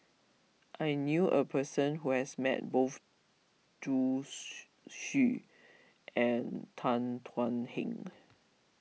I knew a person who has met both Zhu she Xu and Tan Thuan Heng